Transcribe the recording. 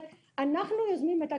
אנחנו יוזמים את הקשר,